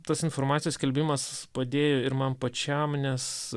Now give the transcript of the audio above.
tos informacijos skelbimas padėjo ir man pačiam nes